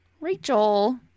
Rachel